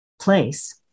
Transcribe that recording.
place